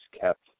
kept